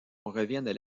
reviennent